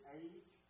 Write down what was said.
age